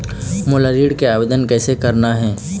मोला ऋण के आवेदन कैसे करना हे?